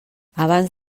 abans